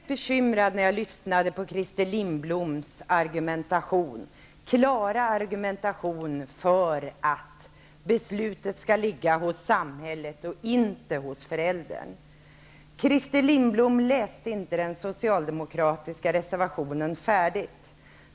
Herr talman! Jag blev bekymrad när jag lyssnade på Christer Lindbloms klara argumentation för att beslutet skall ligga hos samhället och inte hos föräldrarna. Christer Lindblom läste inte den socialdemokratiska reservationen färdigt.